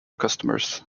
customers